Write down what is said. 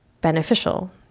beneficial